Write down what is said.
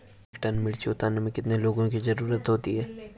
एक टन मिर्ची उतारने में कितने लोगों की ज़रुरत होती है?